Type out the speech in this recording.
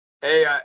Hey